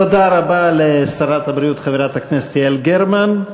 תודה רבה לשרת הבריאות חברת הכנסת יעל גרמן.